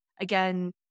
again